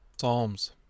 Psalms